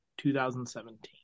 2017